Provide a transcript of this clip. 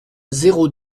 zéro